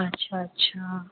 اچھا اچھا